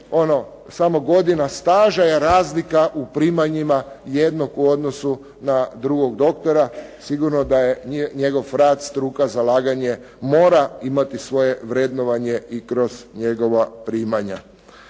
samo godina staža je razlika u primanjima jednog u odnosu na drugog doktora, sigurno da je njegov rad, struka, zalaganje mora imati svoje vrednovanje i kroz njegova primanja.